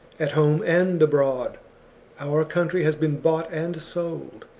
at home and abroad our country has been bought and sold.